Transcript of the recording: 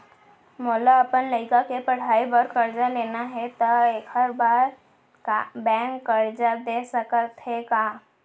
मोला अपन लइका के पढ़ई बर करजा लेना हे, त एखर बार बैंक करजा दे सकत हे का?